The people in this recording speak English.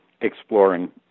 exploring